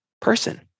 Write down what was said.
person